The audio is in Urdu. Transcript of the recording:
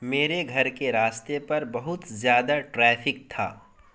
میرے گھر کے راستے پر بہت زیادہ ٹریفک تھا